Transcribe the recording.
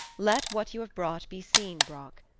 let what you have brought be seen, brock.